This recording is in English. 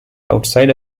outside